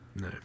No